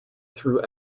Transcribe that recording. through